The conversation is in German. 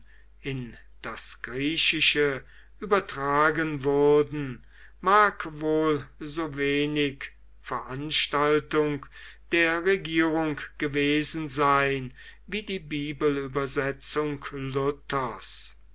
in das griechische übertragen wurden mag wohl so wenig veranstaltung der regierung gewesen sein wie die bibelübersetzung luthers